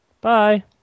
Bye